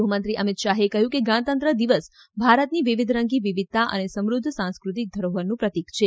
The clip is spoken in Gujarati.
ગૃહમંત્રી અમિત શાહે કહ્યુ કે ગણતંત્ર દિવસ ભારતની વિવિધરંગી વિવિધતા અને સમૃધ્ધ સાંસ્કૃતિક ધરોહરનુ પ્રતીક છે